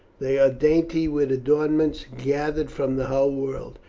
they are dainty with adornments gathered from the whole world,